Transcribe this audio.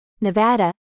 Nevada